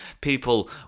people